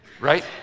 right